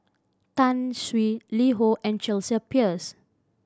Tai Sun LiHo and Chelsea Peers